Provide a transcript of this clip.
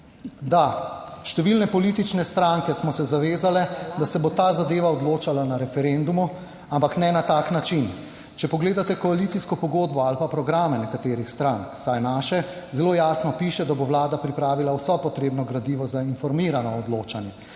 Da, številne politične stranke smo se zavezale, da se bo ta zadeva odločala na referendumu, ampak ne na tak način. Če pogledate koalicijsko pogodbo ali pa programe nekaterih strank, vsaj naše, zelo jasno piše, da bo vlada pripravila vso potrebno gradivo za informirano odločanje,